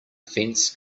fence